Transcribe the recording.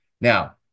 Now